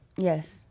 Yes